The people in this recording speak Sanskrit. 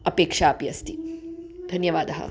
अपेक्षापि अस्ति धन्यवादः